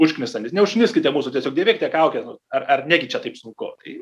užknisantys neužkniskite mūsų tiesiog dėvėkite kaukes ar ar negi čia taip sunku tai